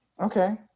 Okay